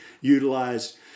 utilized